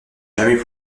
jamais